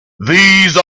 these